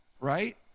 right